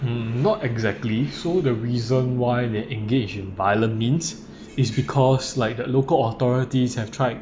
mm not exactly so the reason why they engage in violent means it's because like the local authorities have tried